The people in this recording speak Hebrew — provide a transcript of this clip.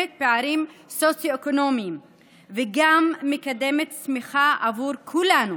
פערים סוציו-אקונומיים וגם מקדם צמיחה עבור כולנו,